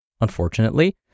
Unfortunately